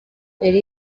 yari